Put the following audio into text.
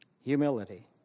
Humility